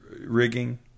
rigging